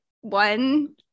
One